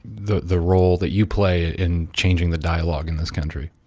the the role that you play in changing the dialogue in this country?